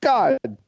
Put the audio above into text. God